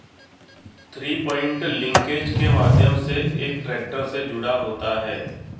three point linkage के माध्यम से एक ट्रैक्टर से जुड़ा होता है